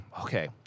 okay